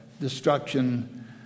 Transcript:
destruction